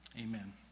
amen